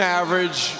average